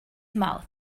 mouth